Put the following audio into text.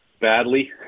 badly